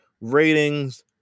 ratings